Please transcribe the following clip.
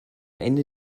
ende